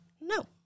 No